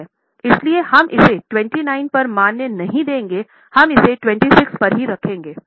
इसलिए हम इसे 29 पर मान नहीं देंगे हम इसे 26 पर ही रखेंगे